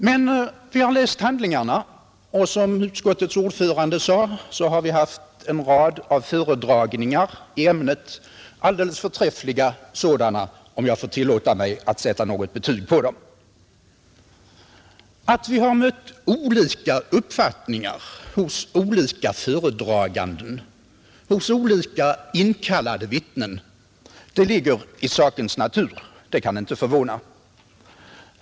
Men vi har läst handlingarna, och som utskottets ordförande sade har vi haft en rad av föredragningar i ämnet — alldeles förträffliga sådana, om jag får tillåta mig att sätta betyg på dem. Att vi har mött olika uppfattningar hos olika föredragande och hos olika inkallade vittnen ligger i sakens natur och kan inte förvåna.